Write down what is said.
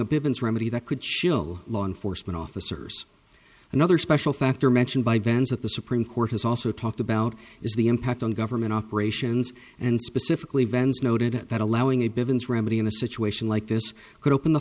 pivot remedy that could chill law enforcement officers and other special factor mentioned by vans at the supreme court has also talked about is the impact on government operations and specifically bends noted that allowing it begins remedy in a situation like this could open the